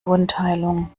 wundheilung